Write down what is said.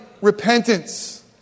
repentance